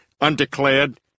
Undeclared